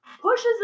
Pushes